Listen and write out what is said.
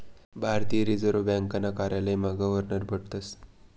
भारतीय रिजर्व ब्यांकना कार्यालयमा गवर्नर बठतस